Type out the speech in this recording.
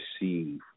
receive